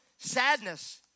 Sadness